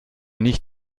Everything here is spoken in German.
nicht